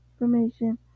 information